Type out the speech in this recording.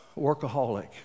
workaholic